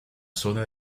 zona